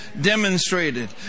demonstrated